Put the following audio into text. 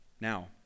Now